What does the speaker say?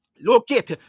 Locate